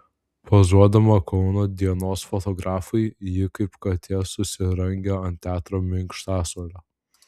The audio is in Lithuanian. pozuodama kauno dienos fotografui ji kaip katė susirangė ant teatro minkštasuolio